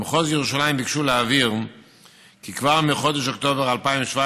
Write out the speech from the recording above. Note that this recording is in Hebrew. במחוז ירושלים ביקשו להבהיר כי כבר מחודש אוקטובר 2017,